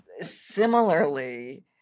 Similarly